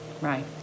Right